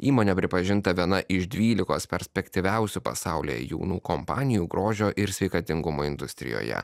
įmonė pripažinta viena iš dvylikos perspektyviausių pasaulyje jaunų kompanijų grožio ir sveikatingumo industrijoje